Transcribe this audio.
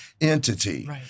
entity